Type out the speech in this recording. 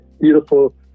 beautiful